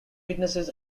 witnesses